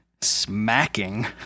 smacking